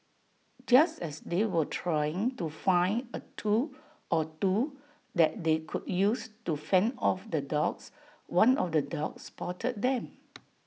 just as they were trying to find A tool or two that they could use to fend off the dogs one of the dogs spotted them